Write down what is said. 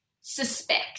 suspect